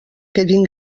quedin